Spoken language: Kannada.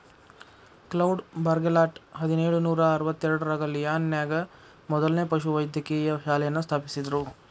ಕ್ಲೌಡ್ ಬೌರ್ಗೆಲಾಟ್ ಹದಿನೇಳು ನೂರಾ ಅರವತ್ತೆರಡರಾಗ ಲಿಯಾನ್ ನ್ಯಾಗ ಮೊದ್ಲನೇ ಪಶುವೈದ್ಯಕೇಯ ಶಾಲೆಯನ್ನ ಸ್ಥಾಪಿಸಿದ್ರು